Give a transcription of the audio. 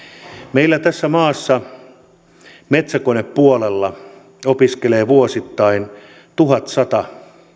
meillä tässä maassa metsäkonepuolella opiskelee vuosittain tuhatsata